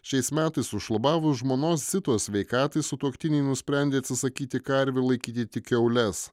šiais metais sušlubavus žmonos zitos sveikatai sutuoktiniai nusprendė atsisakyti karvių laikyti tik kiaules